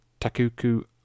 Takuku